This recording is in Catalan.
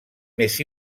més